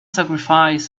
sacrifice